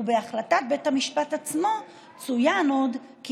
ובהחלטת בית המשפט עצמו צוין עוד כי